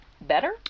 better